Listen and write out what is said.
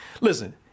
listen